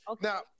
Now